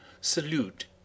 salute